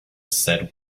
said